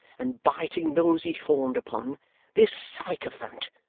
and biting those he fawned upon this sycophant,